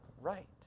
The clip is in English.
right